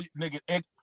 nigga